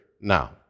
now